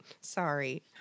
Sorry